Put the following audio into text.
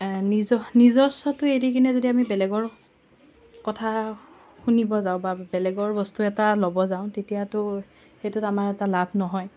নিজ নিজস্বটো এৰি কিনে যদি আমি বেলেগৰ কথা শুনিব যাওঁ বা বেলেগৰ বস্তু এটা ল'ব যাওঁ তেতিয়াতো সেইটোত আমাৰ এটা লাভ নহয়